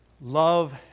Love